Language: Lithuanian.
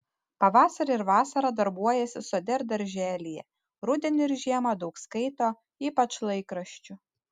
pavasarį ir vasarą darbuojasi sode ir darželyje rudenį ir žiemą daug skaito ypač laikraščių